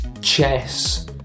chess